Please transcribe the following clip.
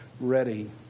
ready